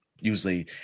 usually